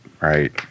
right